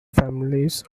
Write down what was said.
families